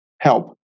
help